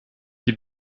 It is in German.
die